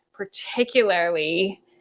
particularly